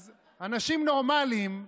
אז אנשים נורמליים,